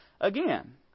again